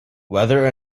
whether